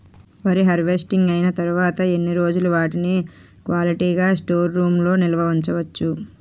వరి హార్వెస్టింగ్ అయినా తరువత ఎన్ని రోజులు వాటిని క్వాలిటీ గ స్టోర్ రూమ్ లొ నిల్వ ఉంచ వచ్చు?